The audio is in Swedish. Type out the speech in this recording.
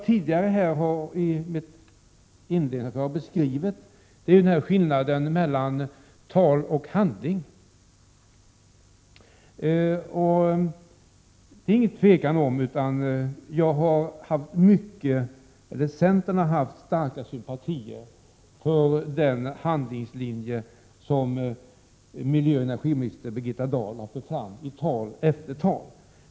Jag har i mitt inledningsanförande beskrivit den skillnad mellan tal och handling som vi har kunnat konstatera. Det är inget tvivel om att centern har haft starka sympatier för den handlingslinje som miljöoch energiminister Birgitta Dahl har fört fram i tal efter tal.